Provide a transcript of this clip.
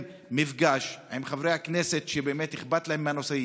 מפגש עם חברי הכנסת שבאמת אכפת להם מהנושא.